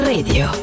Radio